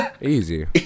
easy